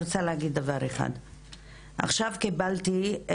עכשיו קיבלתי,